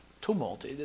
tumult